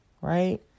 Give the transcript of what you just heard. right